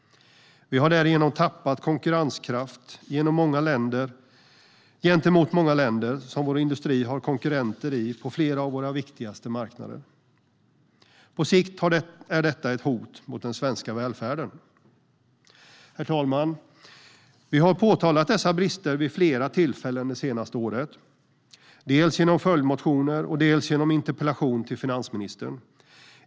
Vi har därigenom tappat i konkurrenskraft gentemot många länder som vår industri har konkurrenter i på flera av de viktigaste marknaderna. På sikt är detta ett hot mot den svenska välfärden. Herr talman! Vi har påtalat dessa brister vid flera tillfällen under det senaste året, dels genom följdmotioner, dels genom en interpellation till finansministern.